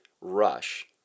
rush